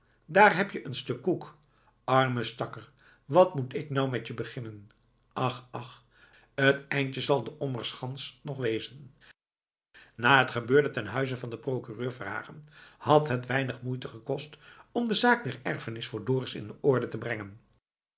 daar heb je een stuk koek arme stakker wat moet ik nou met je beginnen ach ach t eindje zal de ommerschans nog wezen na het gebeurde ten huize van den procureur verhagen had het weinig moeite gekost om de zaak der erfenis voor dorus in orde te brengen